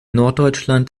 norddeutschland